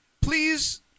please